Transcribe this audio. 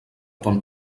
ton